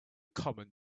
common